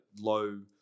Low